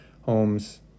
homes